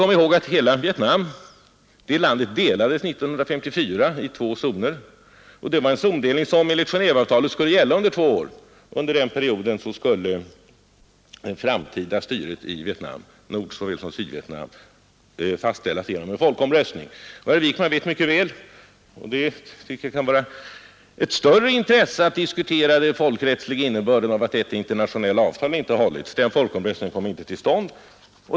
Kom ihåg att hela Vietnam år 1954 delades i två zoner, att zonindelningen enligt Genéveavtalet skulle gälla under två år och att under den perioden det framtida styret i Vietnam — i Nordsåväl som i Sydvietnam — skulle fastställas genom en folkomröstning. Jag tycker det borde vara av större intresse för herr Wijkman att diskutera den folkrättsliga innebörden av att detta internationella avtal inte hållit? Folkomröstningen kom inte till stånd.